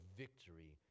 victory